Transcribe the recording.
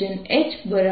H0 as